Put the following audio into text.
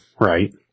Right